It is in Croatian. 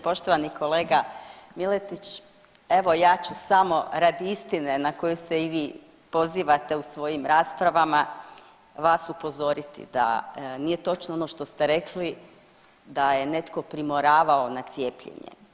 Poštovani kolega Miletić, evo ja ću samo radi istine na koju se i vi pozivate u svojim raspravama vas upozoriti da nije točno ono što ste rekli da je netko primoravao na cijepljenje.